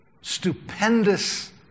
stupendous